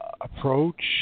approach